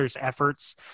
efforts